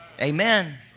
Amen